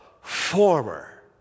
former